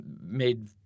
made –